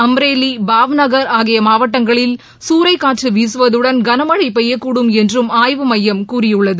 அம்ரேலி பாவ்நகர் ஆகிய மாவட்டங்களில் சூறைக்காற்று வீசுவதுடன் கனமழை பெய்யக்கூடும் என்றும் ஆய்வு மையம் கூறியுள்ளது